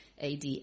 AD